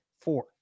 four